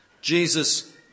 Jesus